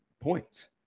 points